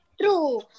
True